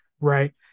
right